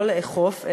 לא לאכוף,